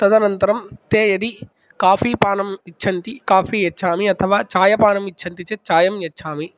तदनन्तरं ते यदि काफ़ीपानम् इच्छन्ति काफ़ी यच्छामि अथवा चायपानम् इच्छन्ति चेत् चायं यच्छामि